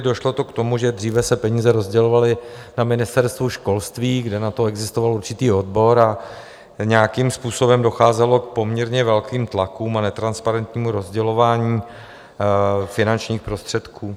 Došlo k tomu, že dříve se peníze rozdělovaly na Ministerstvu školství, kde na to existoval určitý odbor, a nějakým způsobem docházelo k poměrně velkým tlakům a netransparentnímu rozdělování finančních prostředků.